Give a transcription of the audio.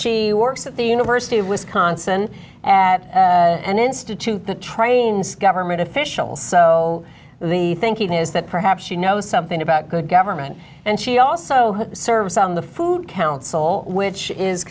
she works at the university of wisconsin and an institute that trains government officials so the thinking is that perhaps she knows something about good government and she also serves on the food council which is